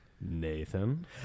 Nathan